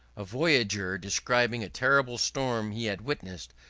a voyager, describing a terrible storm he had witnessed,